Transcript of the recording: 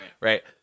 Right